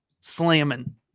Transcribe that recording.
Slamming